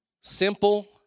Simple